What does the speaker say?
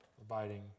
abiding